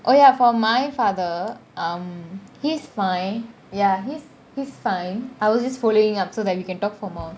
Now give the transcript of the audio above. oh ya for my father um he's fine ya he's he's fine I will just following up so that we can talk for more